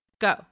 Go